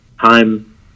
time